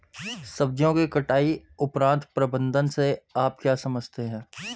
सब्जियों की कटाई उपरांत प्रबंधन से आप क्या समझते हैं?